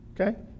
Okay